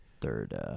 third